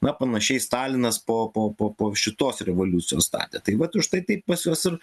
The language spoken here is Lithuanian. na panašiai stalinas po po po po šitos revoliucijos statė tai vat užtai taip pas juos ir